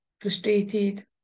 frustrated